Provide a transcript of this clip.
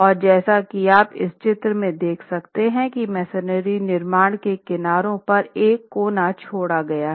और जैसा की आप इस चित्र में देख सकते हैं की मेसनरी निर्माण के किनारों पर एक कोना छोड़ा गया है